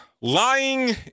Lying